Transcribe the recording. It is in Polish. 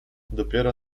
dopiero